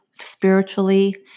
spiritually